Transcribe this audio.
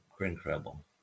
incredible